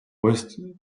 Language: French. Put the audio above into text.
ouest